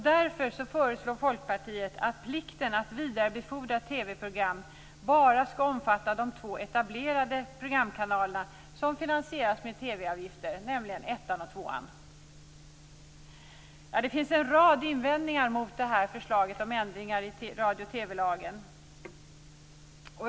Därför föreslår Folkpartiet att plikten att vidarebefordra TV-program bara skall omfatta de två etablerade programkanaler som finansieras med TV Det finns en rad invändningar mot förslaget om ändringar i radio och TV-lagen.